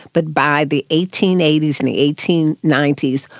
but by the eighteen eighty s and the eighteen ninety s,